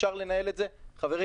אפשר לנהל את זה חברים,